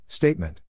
Statement